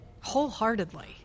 wholeheartedly